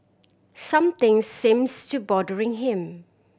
something seems to bothering him